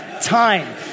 time